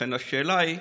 לכן השאלה היא: